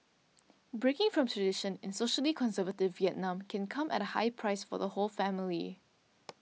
breaking from tradition in socially conservative Vietnam can come at a high price for the whole family